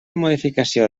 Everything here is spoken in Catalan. modificació